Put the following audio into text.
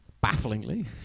Bafflingly